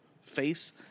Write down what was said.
face